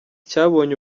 cyabonye